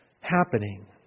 happening